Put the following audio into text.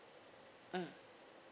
mm